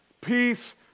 Peace